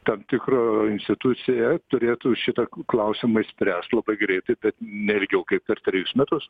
tam tikra institucija turėtų šitą klausimą išspręst labai greitai bet ne ilgiau kaip per trejus metus